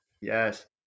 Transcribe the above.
Yes